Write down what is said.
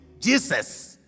Jesus